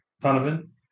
Donovan